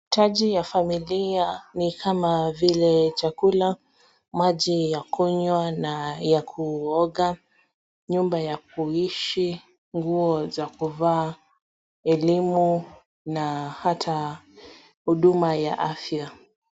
Taji ya familia ni kama vile chakula, maji ya kunywa na kuoga, nyumba ya kiishi, nguo za kuvaa, elimu na hata huduma ya afya.